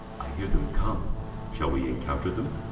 i hear them come shall we encounter them?